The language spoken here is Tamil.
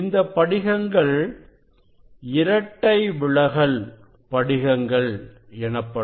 இந்தப் படிகங்கள் இரட்டை விலகல் படிகங்கள் எனப்படும்